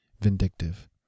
vindictive